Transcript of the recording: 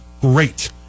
great